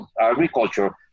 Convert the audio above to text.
agriculture